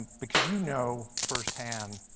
because you know firsthand,